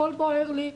הכול בוער לי.